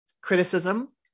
criticism